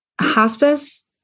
hospice